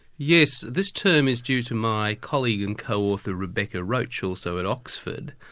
yes, this term is due to my colleague and co-author, rebecca roache, also at oxford,